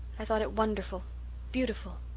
i thought it wonderful beautiful.